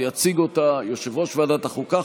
ויציג אותה יושב-ראש ועדת החוקה,